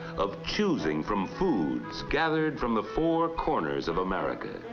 of choosing from foods gathered from the four corners of america